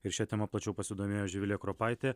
ir šia tema plačiau pasidomėjo živilė kropaitė